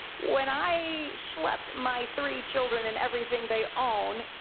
when i schlepped my three children and everything they own,